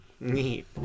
Neat